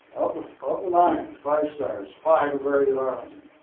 of the nine five stars, five are buried in arlington.